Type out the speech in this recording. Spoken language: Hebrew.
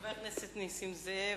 חבר הכנסת נסים זאב.